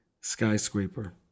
skyscraper